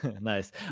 nice